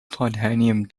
titanium